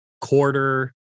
quarter